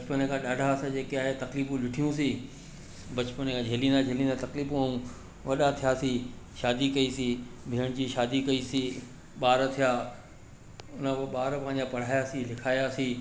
बचपन खां ॾाढा असां जेके आहे तक़लीफूं ॾिठियूं हूंसि बचपन खां झेलींदा झेलींदा तक़लीफूं ऐं वॾा थियासि शादी कइसि भेण जी शादी कइसि ॿार थिया उन खां पोइ ॿार थिया ॿार पंहिंजा पढ़ाया लिखायासि